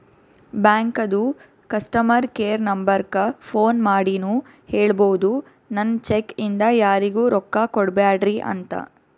ಬ್ಯಾಂಕದು customer care ನಂಬರಕ್ಕ phone ಮಾಡಿನೂ ಹೇಳ್ಬೋದು, ನನ್ ಚೆಕ್ ಇಂದ ಯಾರಿಗೂ ರೊಕ್ಕಾ ಕೊಡ್ಬ್ಯಾಡ್ರಿ ಅಂತ